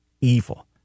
evil